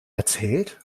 erzählt